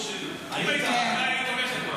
אם היית קוראת, היית תומכת אולי.